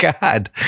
God